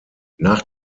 nach